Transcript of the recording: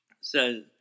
Says